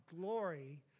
glory